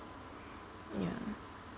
ya